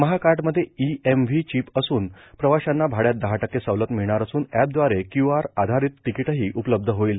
महा कार्डमध्ये EMV chip असून प्रवाशांना भाडयात दहा टक्के सवलत मिळणार असून एप व्दारे क्यू आर आधारित तिकीटही उपलब्ध होईल